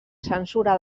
censura